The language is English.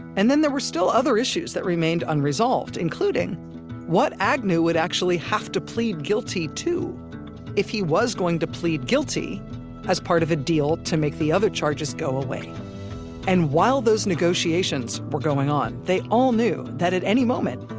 and then there were still other issues that remained unresolved, including what agnew would actually have to plead guilty to if he was going to plead guilty as part of a deal to make the other charges go away and while those negotiations were going on, they all knew that, at any moment,